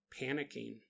panicking